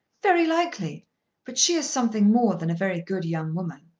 very likely but she is something more than a very good young woman.